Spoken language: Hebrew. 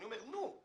אני אומר: "נו,